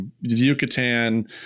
Yucatan